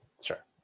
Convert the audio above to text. sure